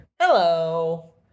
Hello